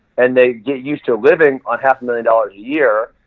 and they get used to living on half a million dollars a year.